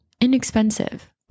inexpensive